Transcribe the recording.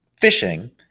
fishing